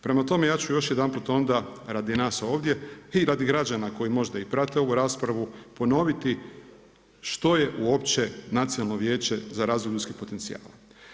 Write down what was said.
Prema tome, ja ću još jedanput onda radi nas ovdje i radi građana koji možda i prate ovu raspravu ponoviti što je uopće Nacionalno vijeće za razvoj ljudskih potencijala.